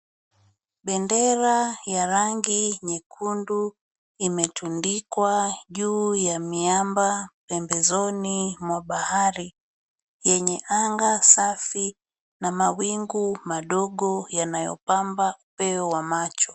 Bendera ya rangi nyekundu imetundikwa juu ya miamba pembezoni mwa bahari yenye anga safi na mawingu madogo yanayopamba upeo wa macho.